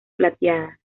plateadas